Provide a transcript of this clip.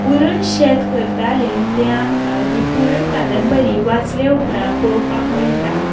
पुरण शेत करताले तें आमकां ही पुरण कादंबरी वाचले उपरांत पळोवपाक मेळटा